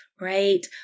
right